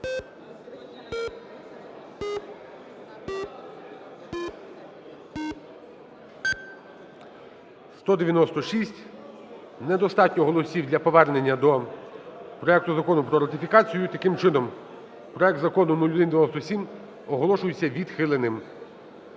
За-196 Недостатньо голосів для повернення до проекту Закону про ратифікацію, і таким чином проект Закону 0197 оголошується відхиленим.